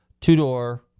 two-door